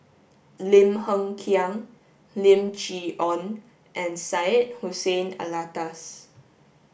Lim Hng Kiang Lim Chee Onn and Syed Hussein Alatas